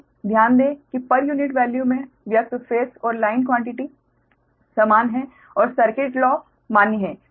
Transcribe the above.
ध्यान दें कि पर यूनिट वैल्यू में व्यक्त फेस और लाइन क्वान्टिटी समान हैं और सर्किट लॉ मान्य हैं